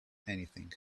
anything